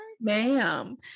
ma'am